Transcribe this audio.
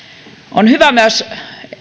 on hyvä myös